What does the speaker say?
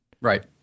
Right